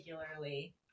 particularly